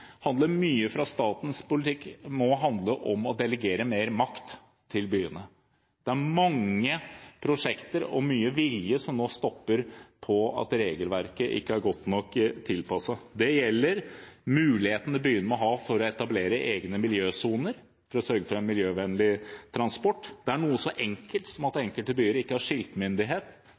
mye vilje som stopper på grunn av at regelverket ikke er godt nok tilpasset. Det gjelder muligheten byene må ha for å etablere egne miljøsoner for å sørge for en miljøvennlig transport. Det er noe så enkelt som at enkelte byer ikke har skiltmyndighet.